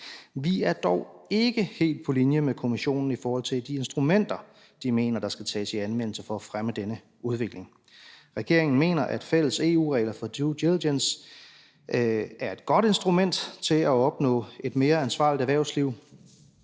Vi er dog ikke helt på linje med Kommissionen, hvad angår de instrumenter, de mener skal tages i anvendelse for at fremme denne udvikling. Regeringen mener, at fælles EU-regler for due diligence er et godt instrument til at opnå et mere ansvarligt erhvervsliv.